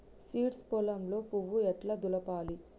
Seeds పొలంలో పువ్వు ఎట్లా దులపాలి?